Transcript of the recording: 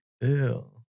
Ew